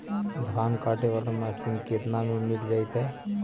धान काटे वाला मशीन केतना में मिल जैतै?